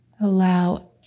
Allow